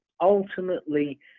ultimately